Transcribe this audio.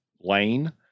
lane